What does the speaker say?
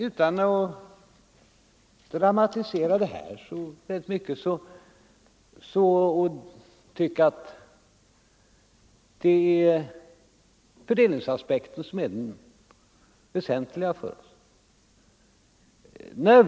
Utan att särskilt dramatisera det här vill jag säga att det är fördelningsaspekten som är den väsentliga för oss.